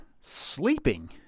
sleeping